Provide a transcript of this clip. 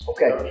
Okay